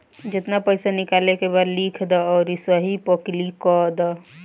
जेतना पइसा निकाले के बा लिख दअ अउरी सही पअ क्लिक कअ दअ